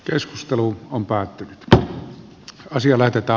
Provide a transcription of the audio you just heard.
keskustelu on päättynyt ja asia laiteta